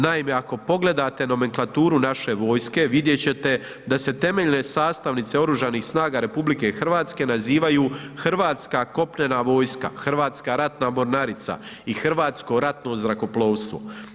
Naime, ako pogledate nomenklaturu naše vojske vidjeti ćete da se temeljne sastavnice Oružanih snaga RH nazivaju Hrvatska kopnena vojska, Hrvatska ratna mornarica i Hrvatsko ratno zrakoplovstvo.